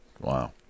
Wow